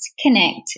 connect